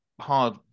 hard